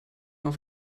auf